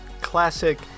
classic